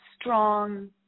strong